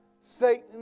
Satan